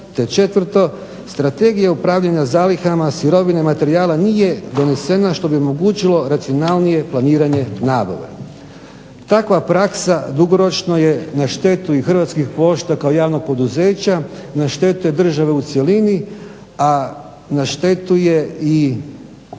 četvrto, strategije upravljanja zalihama, sirovine materijala nije donesena što bi omogućilo racionalnije planiranje nabave. Takva praksa dugoročno je na štetu i Hrvatskih pošta kao javnog poduzeća, na štetu je države u cjelini a na štetu je cijeloga